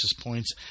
points